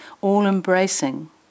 all-embracing